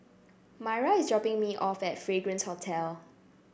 Maira is dropping me off at Fragrance Hotel